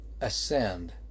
ascend